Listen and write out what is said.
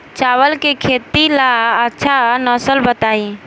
चावल के खेती ला अच्छा नस्ल बताई?